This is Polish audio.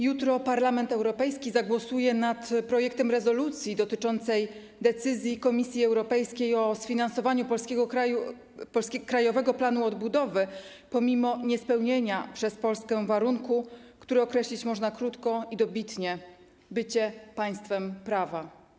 Jutro Parlament Europejski zagłosuje nad projektem rezolucji dotyczącej decyzji Komisji Europejskiej o sfinansowaniu polskiego Krajowego Planu Odbudowy pomimo nie spełnienia przez Polskę warunku, który określić można krótko i dobitnie - bycie państwem prawa.